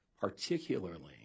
particularly